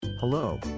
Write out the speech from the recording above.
Hello